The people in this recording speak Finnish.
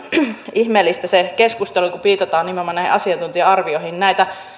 ihmeellistä se keskustelu kun viitataan nimenomaan näihin asiantuntija arvioihin ja näitä